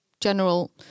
general